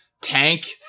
Tank